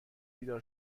بیدار